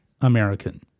American